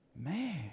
Man